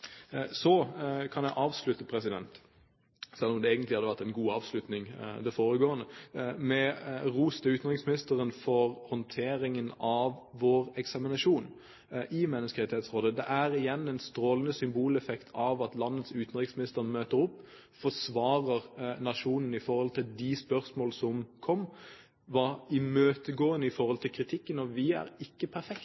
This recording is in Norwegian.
Så kan jeg avslutte – selv om det foregående egentlig hadde vært en god avslutning – med å gi ros til utenriksministeren for håndteringen av vår eksaminasjon i Menneskerettighetsrådet. Det har igjen en strålende symboleffekt at landets utenriksminister møter opp, forsvarer nasjonen i forhold til de spørsmålene som kommer, er imøtegående i